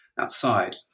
outside